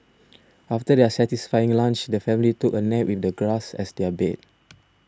after their satisfying lunch the family took a nap with the grass as their bed